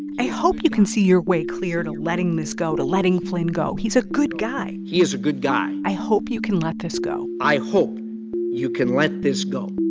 i hope you can see your way clear to letting this go, to letting flynn go. he's a good guy. he's a good guy. i hope you can let this go. i hope you can let this go.